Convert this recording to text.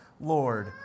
Lord